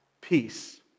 peace